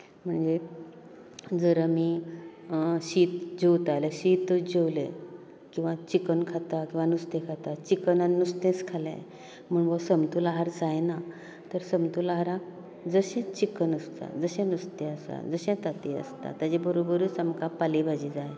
म्हणजें जर आमी शीत जेवता जाआल्यार शीत जेवले किंवां चिकन खाता किंवां नुस्तें खाता चिकन आनी नुस्तेंच खालें म्हण हो समतोल आहार जायना तर समतोल आहारांत जशें चिकन आसता जशें नुस्तें आसा जशें तांतीं आसता ताचे बरोबरच आमकां पाले भाजी जाय